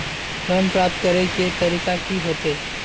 Loan प्राप्त करे के तरीका की होते?